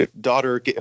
daughter